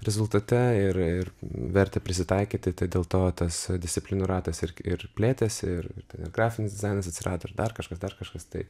rezultate ir ir vertė prisitaikyti tai dėl to tas disciplinų ratas ir ir plėtėsi ir ir grafinis dizainas atsirado ir dar kažkas dar kažkas tai